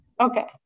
Okay